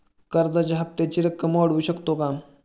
कर्जाच्या हप्त्याची रक्कम वाढवू शकतो का?